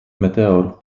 meteor